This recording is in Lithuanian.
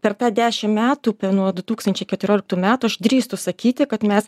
per tą dešimt metų nuo du tūkstančiai keturioliktų metų aš drįstu sakyti kad mes